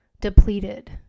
depleted